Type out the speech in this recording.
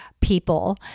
people